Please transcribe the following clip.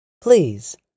please